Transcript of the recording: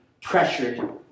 pressured